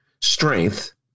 strength